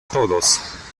todos